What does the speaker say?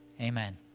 amen